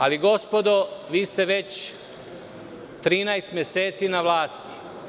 Ali, gospodo, vi ste već 13 meseci na vlasti.